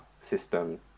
system